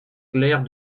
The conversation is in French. claire